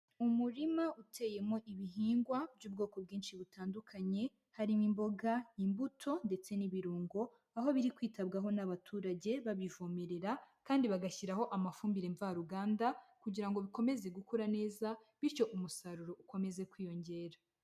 Umurima uteyemo ibihingwa by'ubwoko bwinshi butandukanye, harimo imboga, imbuto ndetse n'ibirungo, aho biri kwitabwaho n'abaturage babivomerera kandi bagashyiraho amafumbire mvaruganda kugira ngo bikomeze gukura neza bityo umusaruro ukomeze kwiyongera.